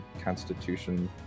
constitution